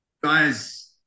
guys